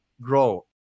grow